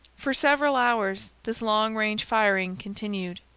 far several hours this long-range firing continued.